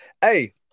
Hey